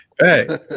Hey